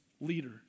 leader